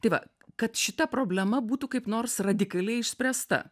tai va kad šita problema būtų kaip nors radikaliai išspręsta